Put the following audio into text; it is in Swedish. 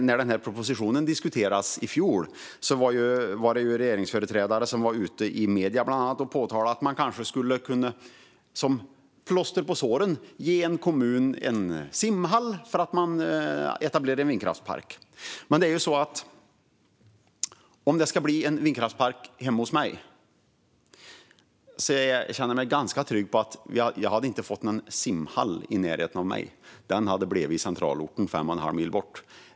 När propositionen diskuterades i fjol var regeringsföreträdare ute i medierna, bland annat, och påpekade att man som plåster på såren kanske skulle kunna ge en kommun en simhall för att man etablerar en vindkraftspark. Men om det skulle bli en vindkraftspark hemma hos mig känner jag mig ganska säker på att jag inte hade fått någon simhall i närheten av mig. Den hade hamnat i centralorten, fem och en halv mil bort.